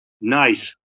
nice